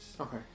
Okay